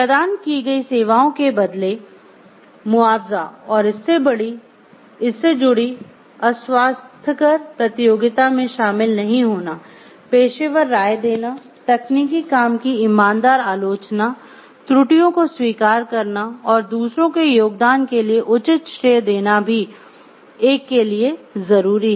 प्रदान की गई सेवाओं के बदले मुआवजा और इससे जुड़ी अस्वास्थ्यकर प्रतियोगिता में शामिल नहीं होना पेशेवर राय देना तकनीकी काम की ईमानदार आलोचना त्रुटियों को स्वीकार करना और दूसरों के योगदान के लिए उचित श्रेय देना भी एक के लिए जरूरी है